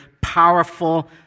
powerful